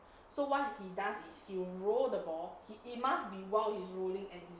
so what he does is he will roll the ball he it's must be while he's rolling and